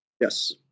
Yes